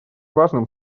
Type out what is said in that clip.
важным